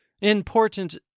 important